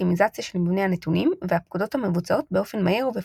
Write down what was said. אופטימיזציה של מבנה הנתונים והפקודות המבוצעות באופן מהיר ובפשטות.